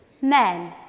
Men